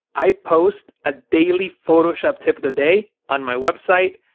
i post a daily photoshop tip of the day on my website,